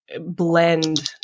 blend